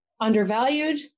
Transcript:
undervalued